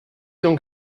donc